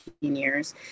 years